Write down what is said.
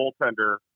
goaltender